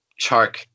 Chark